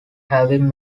having